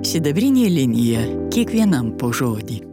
sidabrinė linija kiekvienam po žodį